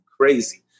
crazy